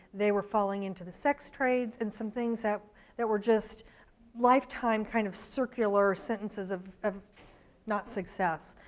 they were falling into the sex trades and some things that that were just lifetime kind of circular sentences of of not success.